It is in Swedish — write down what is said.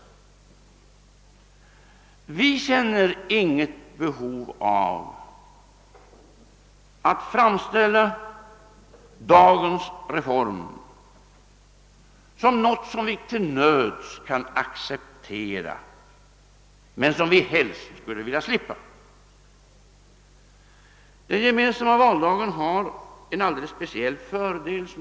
Vi känner inget behov av att framställa dagens reform som något som vi till nöds kan acceptera men som vi helst skulle vilja slippa. Den gemensamma valdagen har en alldeles speciell fördel.